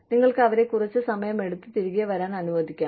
നിങ്ങൾക്ക് അവരെ കുറച്ച് സമയമെടുത്ത് തിരികെ വരാൻ അനുവദിക്കാം